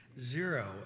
zero